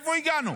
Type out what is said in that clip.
לאן הגענו?